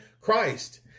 Christ